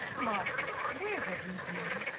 marcus. where have you been?